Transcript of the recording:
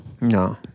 No